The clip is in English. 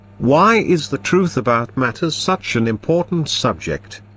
why is the truth about matter such an important subject?